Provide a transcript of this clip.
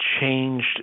changed